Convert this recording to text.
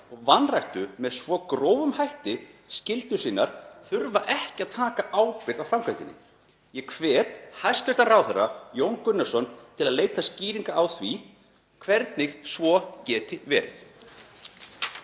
og vanræktu með svo grófum hætti skyldur sínar þurfi ekki að taka ábyrgð á framkvæmdinni? Ég hvet hæstv. ráðherra Jón Gunnarsson til að leita skýringa á því hvernig svo geti verið.